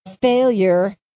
failure